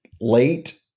late –